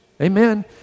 Amen